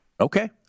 Okay